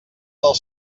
del